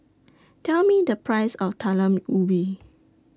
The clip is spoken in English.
Tell Me The Price of Talam Ubi